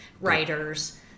writers